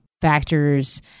factors